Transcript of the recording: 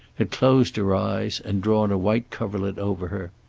had closed her eyes and drawn a white coverlet over her,